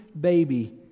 baby